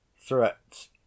threats